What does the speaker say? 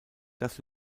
das